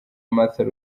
martin